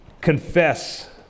confess